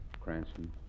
Cranston